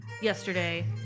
yesterday